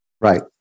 Right